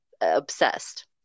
obsessed